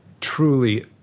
truly